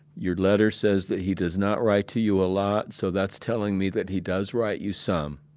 your letter says that he does not write to you a lot. so that's telling me that he does write you some.